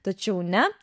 tačiau ne